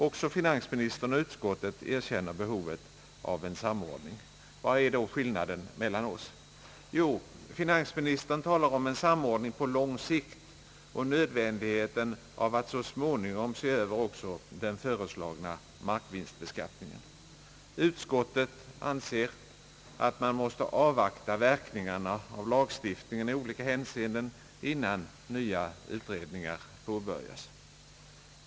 Också finansministern och utskottet erkänner behovet av en samordning. Vad är då skillnaden mellan oss? Jo, finansministern talar om en samordning på lång sikt och nödvändigheten av att så småningom se över också den föreslagna markvinstbeskattningen. Utskottet anser att man måste avvakta verkningarna av lagstiftningen i olika hänseenden innan nya utredningar påbörjas.